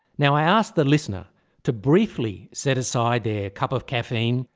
now i ask the listener to briefly set aside their cup of caffeine,